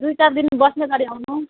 दुई चार दिन बस्ने गरी आउनु